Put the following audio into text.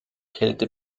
kälte